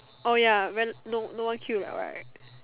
orh ya when no no one queue liao right